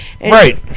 Right